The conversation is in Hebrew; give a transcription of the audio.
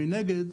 מנגד,